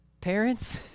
parents